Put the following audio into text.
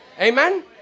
Amen